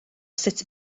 sut